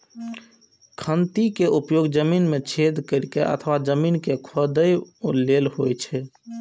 खंती के उपयोग जमीन मे छेद करै अथवा जमीन कें खोधै लेल होइ छै